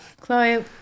Chloe